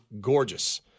gorgeous